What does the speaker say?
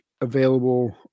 available